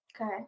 Okay